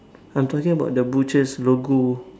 I'm talking about the butcher's logo